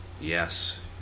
Yes